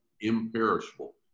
imperishable